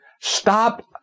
Stop